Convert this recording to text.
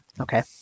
Okay